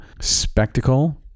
spectacle